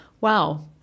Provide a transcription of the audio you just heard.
Wow